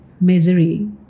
misery